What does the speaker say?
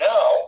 Now